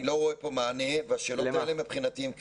אני לא רואה פה מענה והשאלות האלה מבחינתי הן קריטיות.